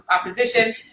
opposition